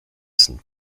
sind